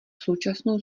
současnou